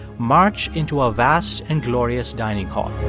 march into a vast and glorious dining hall.